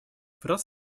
wraz